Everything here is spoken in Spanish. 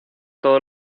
todo